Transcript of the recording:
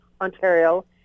Ontario